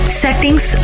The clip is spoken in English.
settings